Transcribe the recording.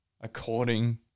according